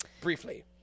briefly